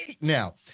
now